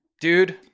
Dude